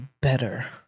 better